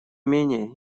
менее